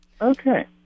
Okay